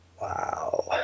Wow